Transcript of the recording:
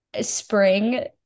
Spring